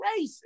racist